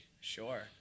Sure